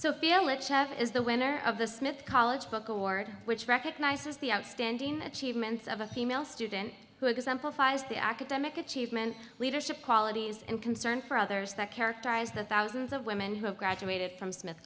which is the winner of the smith college book award which recognizes the outstanding achievements of a female student who exemplifies the academic achievement leadership qualities and concern for others that characterized the thousands of women who have graduated from smith